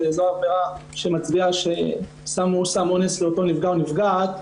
שזו העבירה שמצביעה על כך ששמו סם אונס לאותו נפגע או נפגעת,